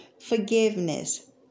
forgiveness